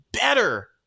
better